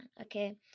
okay